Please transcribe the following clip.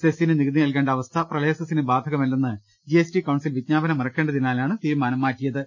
സെസ്സിന് നികുതി നൽകേണ്ട അവസ്ഥ പ്രളയസെസ്സിന് ബാധകമല്ലെന്ന് ജിഎസ്ടി കൌൺസിൽ വിജ്ഞാപനമിറക്കേണ്ടതിനാലാണ് തീരുമാനം മാറ്റിയത്